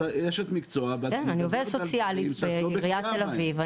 את אשת מקצוע אבל- -- בעיריית תל אביב,